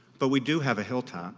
but we do have a hilltop